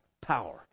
power